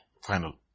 Final